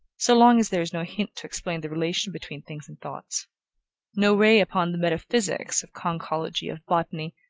so long as there is no hint to explain the relation between things and thoughts no ray upon the metaphysics of conchology, of botany,